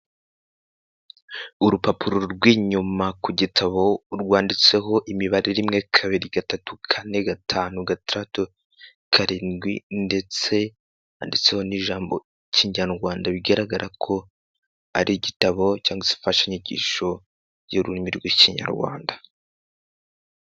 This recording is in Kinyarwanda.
Urupapuro rw'inyuma ku gitabo rwanditseho imibare; rimwe ,kabiri ,gatatu ,kane, gatanu, gatantu ,karindwi ndetse yanditseho n'ijambo ikinyarwanda bigaragara ko ari igitabo cyangwa se imfashanyigisho y'ururimi rw'ikinyarwanda.